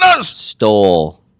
stole